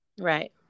Right